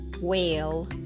Whale